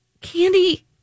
Candy